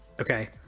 Okay